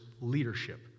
leadership